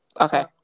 Okay